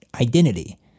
identity